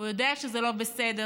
הוא יודע שזה לא בסדר,